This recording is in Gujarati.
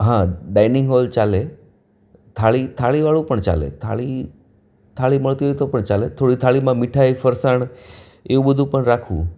હા ડાઈનિંગ હોલ ચાલે થાળી થાળીવાળું પણ ચાલે થાળી થાળી મળતી હોય તો પણ ચાલે થોડી થાળીમાં મીઠાઈ ફરસાણ એવું બધું પણ રાખવું